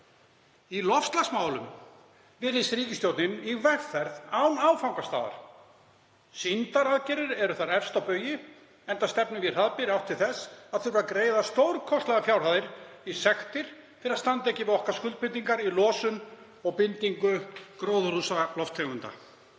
Í loftslagsmálum virðist ríkisstjórnin í vegferð án áfangastaðar. Sýndaraðgerðir eru þar efst á baugi, enda stefnum við hraðbyri í átt til þess að þurfa að greiða stórkostlegar fjárhæðir í sektir fyrir að standa ekki við skuldbindingar okkar í losun og bindingu gróðurhúsalofttegunda.